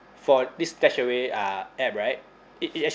for this stashaway uh app right it it actually